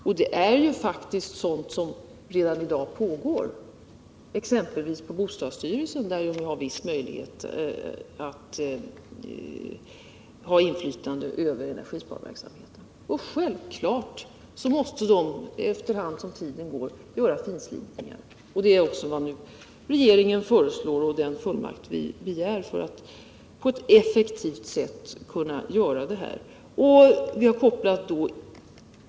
Den verksamheten pågår faktiskt redan i dag, exempelvis inom bostadsstyrelsen, som har vissa möjligheter till inflytande över energisparverksamheten. Självklart måste man efter hand som tiden går göra finslipningar. Det är också vad regeringen föreslår och den fullmakt som vi begär för att på ett effektivt sätt kunna sköta denna verksamhet.